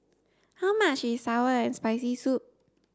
how much is sour and spicy soup